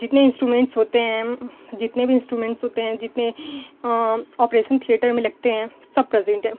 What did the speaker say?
जितने इन्स्ट्रूमेंट्स होते हैं जितने भी इन्स्ट्रूमेंट्स होते हैं जितने ऑपरेसन थिएटर में लगते हैं सब प्रेज़ेंट हैं